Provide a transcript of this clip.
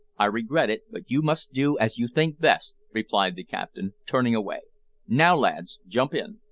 i regret it but you must do as you think best, replied the captain, turning away now, lads, jump in.